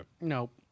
Nope